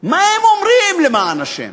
מה הם אומרים, למען השם,